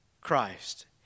Christ